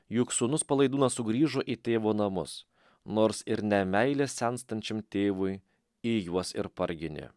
juk sūnus palaidūnas sugrįžo į tėvo namus nors ir ne meilės senstančiam tėvui į juos ir parginė